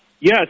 Yes